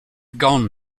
gone